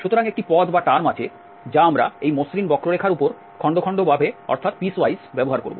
সুতরাং একটি পদ আছে যা আমরা এই মসৃণ বক্ররেখার উপর খণ্ড খণ্ডভাবে ব্যবহার করব